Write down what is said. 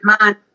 mind